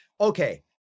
okay